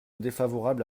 défavorable